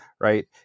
right